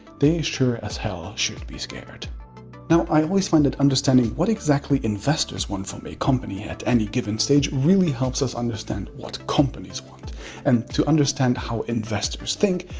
they sure as hell should be scared now, i always find it understanding what exactly investors want from a company, at any given stage, really helps us understand what companies want and to understand how investors think,